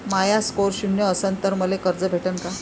माया score शून्य असन तर मले कर्ज भेटन का?